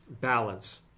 balance